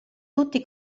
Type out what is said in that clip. tutti